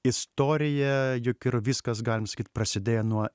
istorija juk yra viskas galim sakyt prasidėjo nuo